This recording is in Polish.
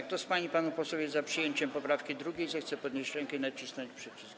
Kto z pań i panów posłów jest za przyjęciem poprawki 2., zechce podnieść rękę i nacisnąć przycisk.